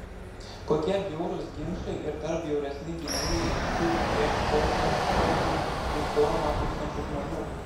kokie bjaurūs ginčai ir dar bjauresni gynėjai šių prieš aušrą skubančių į forumą tūkstančių žmonių